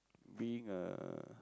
being a